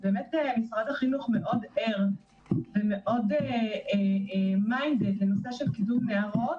משרד החינוך באמת מאוד ער ומאוד minded לקידום נערות,